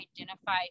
identify